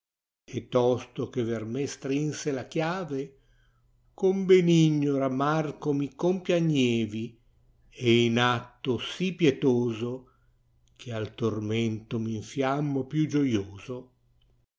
e tosto che ver me strinse u chiave con benigno ramraarco mi compiagnevi e ìd atto sì pietoso che al tormento m infiammo più gioioso